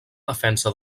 defensa